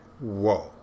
whoa